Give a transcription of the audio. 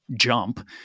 jump